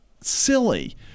silly